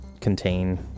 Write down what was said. contain